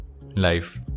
life